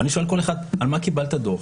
אני שואל כל אחד: על מה קיבלת דוח?